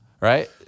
right